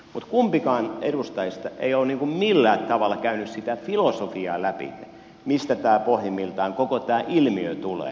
mutta kumpikaan edustajista ei ole millään tavalla käynyt sitä filosofiaa läpi mistä pohjimmiltaan koko tämä ilmiö tulee